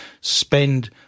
spend